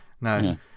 No